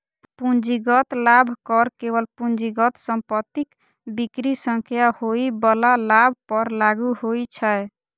पूंजीगत लाभ कर केवल पूंजीगत संपत्तिक बिक्री सं होइ बला लाभ पर लागू होइ छै